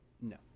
no